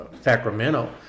Sacramento